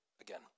again